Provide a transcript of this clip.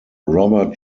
robert